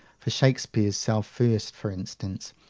for shakespeare's self first, for instance,